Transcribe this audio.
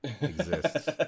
exists